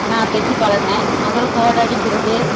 நான் தச்சு பழகினேன் முதல் கோடு அடிக்கிறது